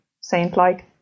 saint-like